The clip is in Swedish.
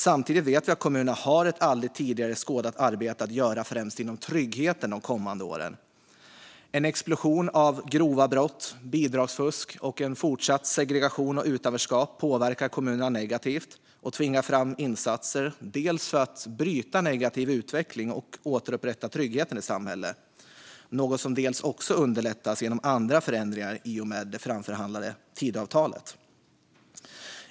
Samtidigt vet vi att kommunerna har ett aldrig tidigare skådat arbete att göra främst för tryggheten de kommande åren. En explosion av grova brott, bidragsfusk och fortsatt segregation och utanförskap påverkar kommunerna negativt och tvingar fram insatser bland annat för att bryta negativ utveckling och återupprätta tryggheten i samhället. Det är något som också underlättas genom andra förändringar i och med det framförhandlade Tidöavtalet.